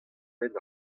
benn